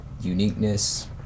uniqueness